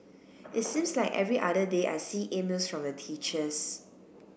it seems like every other day I see emails from the teachers